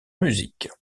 musique